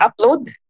upload